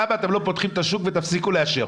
למה אתם לא פותחים את השוק ותפסיקו לאשר.